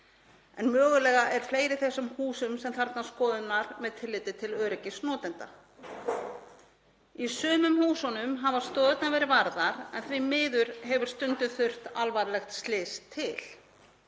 en mögulega er fleira í þessum húsum sem þarfnast skoðunar með tilliti til öryggis notenda. Í sumum húsunum hafa stoðirnar verið varðar en því miður hefur stundum þurft alvarlegt slys til.